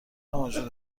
موجود